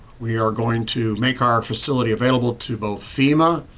we are going to make our facility available to both fema,